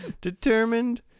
determined